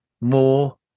more